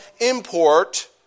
import